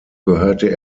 gehörte